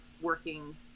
working